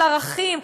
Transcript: על ערכים,